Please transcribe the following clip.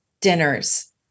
dinners